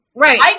Right